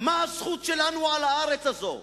מה הזכות שלנו על הארץ הזאת.